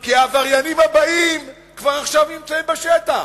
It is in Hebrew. כי העבריינים הבאים כבר עכשיו נמצאים בשטח.